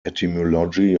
etymology